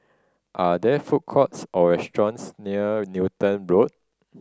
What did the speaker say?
are there food courts or restaurants near Newton Road